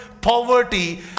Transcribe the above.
poverty